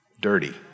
dirty